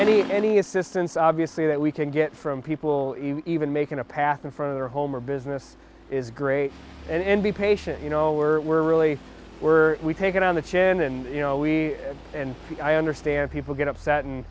any any assistance obviously that we can get from people even making a path in front of their home or business is great and be patient you know we're we're really we're we take it on the chin you know we and i understand people get upset and